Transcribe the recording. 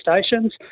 stations